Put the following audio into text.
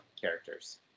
characters